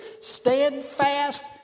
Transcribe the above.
Steadfast